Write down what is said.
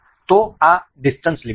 તેથી આ distance limit છે